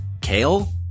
Kale